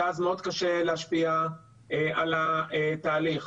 שאז מאוד קשה להשפיע על התהליך.